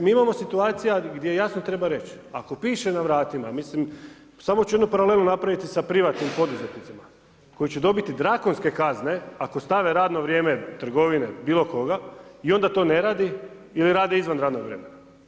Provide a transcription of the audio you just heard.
Mi imamo situacija gdje jasno treba reć, ako piše na vratima mislim samo ću jednu paralelu napravit sa privatnim poduzetnicima koji će dobiti drakonske kazne ako stave radno vrijeme trgovine, bilo koga i onda to ne radi ili rade izvan radnog vremena.